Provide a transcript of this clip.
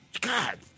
God